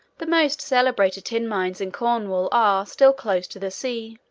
the most celebrated tin mines in cornwall are, still, close to the sea.